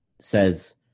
says